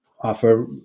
offer